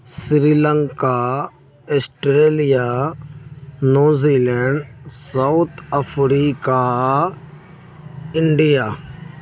Sri Lanka Australia New Zealand South Africa India